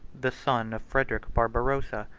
the son of frederic barbarossa,